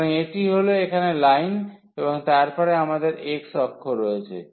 সুতরাং এটি হল এখানে লাইন এবং তারপরে আমাদের x অক্ষ রয়েছে